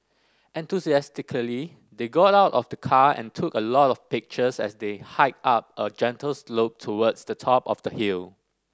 enthusiastically they got out of the car and took a lot of pictures as they hiked up a gentle slope towards the top of the hill